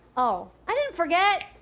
oh, i didn't forget.